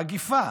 המגפה